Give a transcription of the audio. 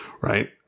right